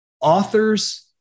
authors